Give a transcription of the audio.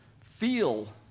feel